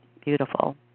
Beautiful